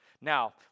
Now